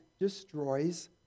destroys